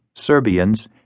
Serbians